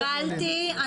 קיבלתי.